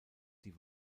die